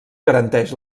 garanteix